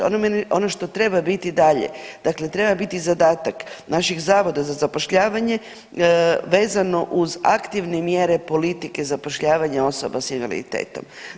Ono što treba biti dalje, dakle treba biti zadatak naših Zavoda za zapošljavanje vezano uz aktivne mjere politike zapošljavanja osoba s invaliditetom.